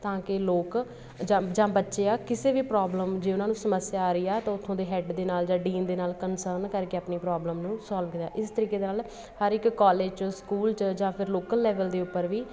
ਤਾਂ ਕਿ ਲੋਕ ਜਾਂ ਜਾਂ ਬੱਚੇ ਆ ਕਿਸੇ ਵੀ ਪ੍ਰੋਬਲਮ ਜੇ ਉਹਨਾਂ ਨੂੰ ਸਮੱਸਿਆ ਆ ਰਹੀ ਆ ਤਾਂ ਉੱਥੋਂ ਦੇ ਹੈੱਡ ਦੇ ਨਾਲ ਜਾਂ ਡੀਨ ਦੇ ਨਾਲ ਕੰਸਰਨ ਕਰਕੇ ਆਪਣੀ ਪ੍ਰੋਬਲਮ ਨੂੰ ਸੋਲਵ ਕਰੇ ਇਸ ਤਰੀਕੇ ਦੇ ਨਾਲ ਹਰ ਇੱਕ ਕੋਲੇਜ 'ਚ ਸਕੂਲ 'ਚ ਜਾਂ ਫਿਰ ਲੋਕਲ ਲੈਵਲ ਦੇ ਉੱਪਰ ਵੀ